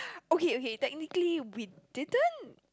okay okay technically we didn't